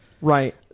right